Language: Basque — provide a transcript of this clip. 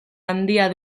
handia